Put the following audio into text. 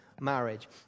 marriage